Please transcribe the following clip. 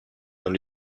dans